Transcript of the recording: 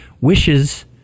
wishes –